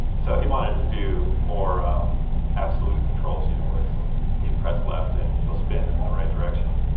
so he wanted to do more absolute controls, you know, where it's you press left and you'll spin in the right direction.